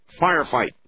firefight